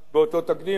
אבל אנחנו זוכרים